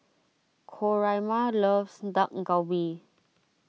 Coraima loves Dak Galbi